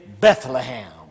Bethlehem